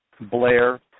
Blair